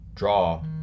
draw